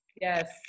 Yes